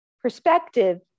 Perspective